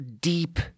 deep